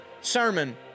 sermon